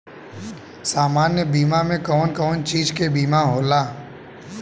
सामान्य बीमा में कवन कवन चीज के बीमा होला?